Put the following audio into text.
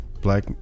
black